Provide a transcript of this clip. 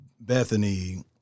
Bethany